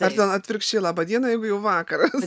ar ten atvirkščiai laba diena jeigu jau vakaras